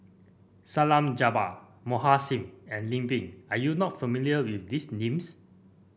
Salleh Japar Mohan Singh and Lim Pin are you not familiar with these names